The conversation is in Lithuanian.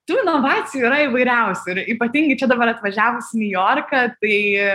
tų inovacijų yra įvairiausių ir ypatingai čia dabar atvažiavus į niujorką tai